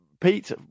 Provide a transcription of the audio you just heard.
Pete